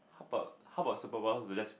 but how about superpowers to just